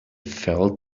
fell